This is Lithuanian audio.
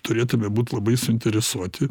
turėtume būt labai suinteresuoti